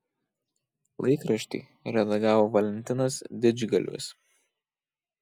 laikraštį redagavo valentinas didžgalvis